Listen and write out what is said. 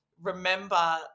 remember